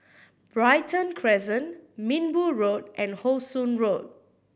Brighton Crescent Minbu Road and How Sun Road